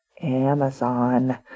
Amazon